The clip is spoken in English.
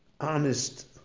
honest